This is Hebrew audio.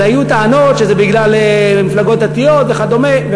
אז היו טענות שזה בגלל מפלגות דתיות וכדומה,